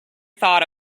thought